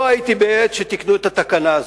לא הייתי בעת שתיקנו את התקנה הזאת.